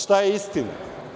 Šta je istina?